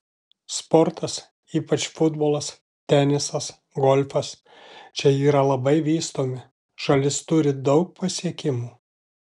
sportas ypač futbolas tenisas golfas čia yra labai vystomi šalis turi daug pasiekimų